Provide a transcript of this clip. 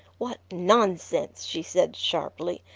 what nonsense! she said sharply.